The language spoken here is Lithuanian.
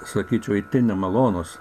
sakyčiau itin nemalonūs